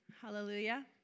Hallelujah